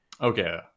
Okay